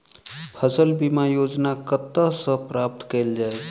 फसल बीमा योजना कतह सऽ प्राप्त कैल जाए?